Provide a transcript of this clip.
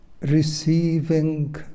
receiving